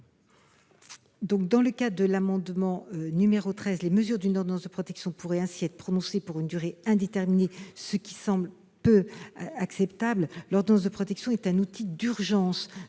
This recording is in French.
de loi. Si cet amendement était adopté, les mesures d'une ordonnance de protection pourraient ainsi être prononcées pour une durée indéterminée, ce qui me semble peu acceptable. L'ordonnance de protection est un outil d'urgence